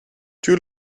two